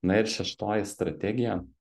na ir šeštoji strategija